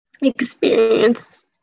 experience